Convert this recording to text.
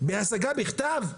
בהשגה בכתב?